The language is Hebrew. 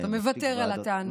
אתה מוותר על התענוג.